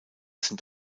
sind